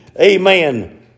amen